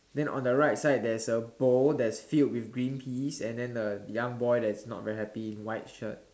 then on the right side there's a bowl that's filled with green peas and then a young boy that's not very happy in white shirt